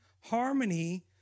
harmony